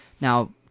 Now